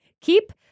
keep